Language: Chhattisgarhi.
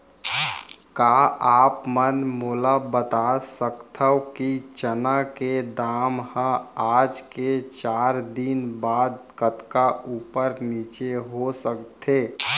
का आप मन मोला बता सकथव कि चना के दाम हा आज ले चार दिन बाद कतका ऊपर नीचे हो सकथे?